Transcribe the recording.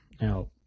Now